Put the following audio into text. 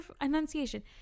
enunciation